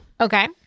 Okay